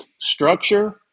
structure